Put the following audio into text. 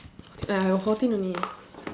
uh I got fourteen only